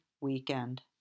weekend